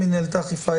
מינהלת האכיפה,